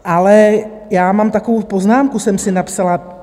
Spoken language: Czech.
Ale já mám takovou poznámku, jsem si napsala.